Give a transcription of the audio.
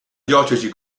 diocesi